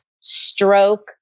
stroke